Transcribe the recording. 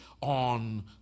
on